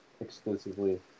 exclusively